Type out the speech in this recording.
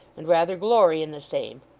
and rather glory in the same?